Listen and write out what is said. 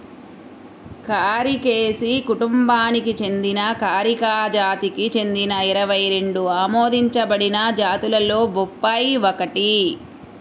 కారికేసి కుటుంబానికి చెందిన కారికా జాతికి చెందిన ఇరవై రెండు ఆమోదించబడిన జాతులలో బొప్పాయి ఒకటి